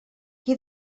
qui